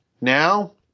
now